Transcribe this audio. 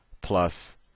plus